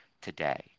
today